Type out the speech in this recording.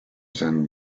and